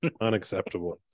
unacceptable